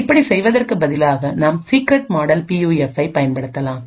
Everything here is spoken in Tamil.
இப்படி செய்வதற்கு பதிலாக நாம் சீக்ரெட் மாடல் பியூஎஃப்பை பயன்படுத்தலாம்